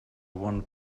one